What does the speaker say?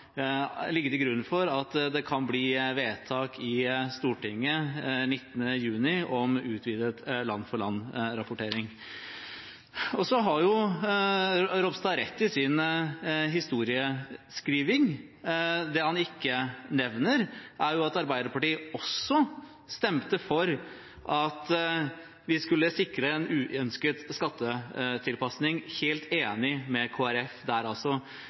til rette for at det kan bli vedtak i Stortinget den 19. juni om utvidet land-for-land-rapportering. Ropstad har rett i sin historieskriving. Det han ikke nevner, er at Arbeiderpartiet også stemte for at vi skulle hindre en uønsket skattetilpasning – jeg er altså helt enig med Kristelig Folkeparti der.